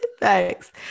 Thanks